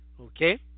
okay